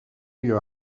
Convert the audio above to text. your